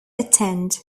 attend